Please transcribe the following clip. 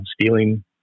stealing